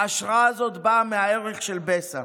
ההשראה הזאת באה מהערך Besa.